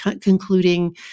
concluding